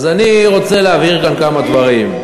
אז אני רוצה להבהיר כאן כמה דברים.